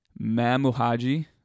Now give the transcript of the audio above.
Mamuhaji